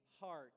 heart